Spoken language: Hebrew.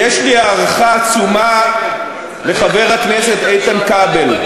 יש לי הערכה עצומה לחבר הכנסת איתן כבל,